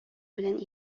белән